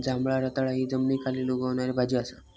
जांभळा रताळा हि जमनीखाली उगवणारी भाजी असा